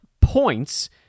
points